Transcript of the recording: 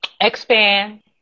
Expand